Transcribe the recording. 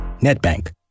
NetBank